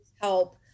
help